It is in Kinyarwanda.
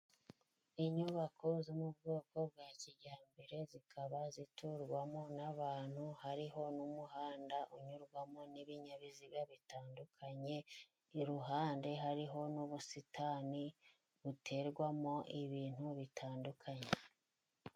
Inyubako zo mu bwoko bwa kijyambere, zikaba ziturwamo n'abantu hariho n'umuhanda unyurwamo n'ibinyabiziga bitandukanye, iruhande hariho n'ubusitani buterwamo ibintu bitandukanye.